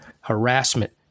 harassment